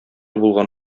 булган